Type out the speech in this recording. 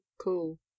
Cool